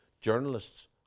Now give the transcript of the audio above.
journalists